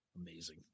Amazing